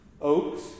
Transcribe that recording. Oaks